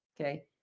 okay